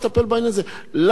למה צריך להתבזות?